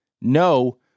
No